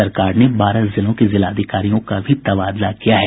सरकार ने बारह जिलों के जिलाधिकारियों का भी तबादला किया है